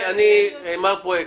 מר פרויקט,